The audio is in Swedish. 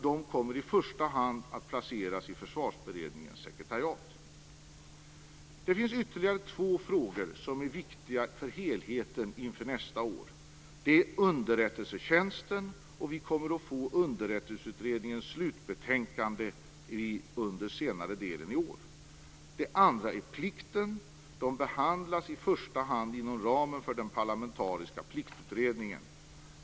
De kommer i första hand att placeras i Försvarsberedningens sekretariat. Det finns ytterligare två frågor som är viktiga för helheten inför nästa år. Den första är underrättelsetjänsten, och vi kommer att få Underrättelseutredningens slutbetänkande under senare delen i år. Den andra frågan är plikten, som i första hand behandlas inom ramen för den parlamentariska pliktutredningen.